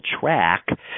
track